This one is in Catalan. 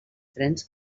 trens